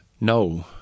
No